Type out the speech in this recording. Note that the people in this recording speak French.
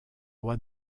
roi